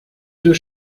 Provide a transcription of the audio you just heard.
deux